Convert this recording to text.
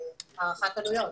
הערכת עלויות,